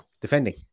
defending